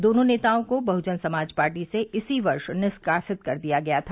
दोनों नेताओं को बहुजन समाज पार्टी से इसी वर्ष निष्कासित कर दिया गया था